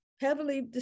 heavily